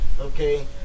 Okay